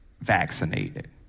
vaccinated